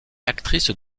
actrice